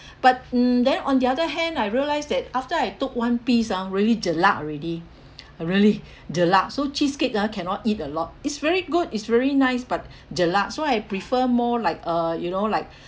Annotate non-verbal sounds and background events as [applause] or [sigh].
[breath] but mm then on the other hand I realized that after I took one piece ah really jelak already [noise] I really jelak so cheesecake ah cannot eat a lot it's very good it's very nice but jelak so I prefer more like uh you know like